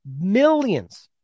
millions